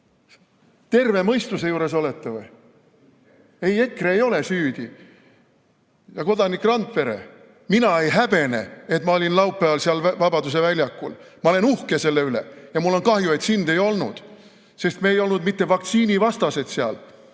Terve mõistuse juures olete või?! Ei, EKRE ei ole süüdi! Ja, kodanik Randpere, mina ei häbene, et ma olin laupäeval seal Vabaduse väljakul. Ma olen uhke selle üle ja mul on kahju, et sind ei olnud. Sest me ei olnud mitte vaktsiinivastased seal,